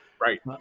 Right